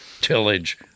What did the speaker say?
tillage